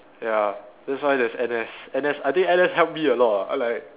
ya that's why there's N_S N_S I think N_S help me a lot ah like